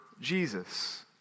Jesus